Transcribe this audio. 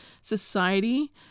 society